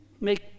make